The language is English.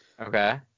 Okay